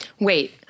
Wait